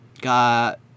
Got